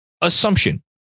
assumption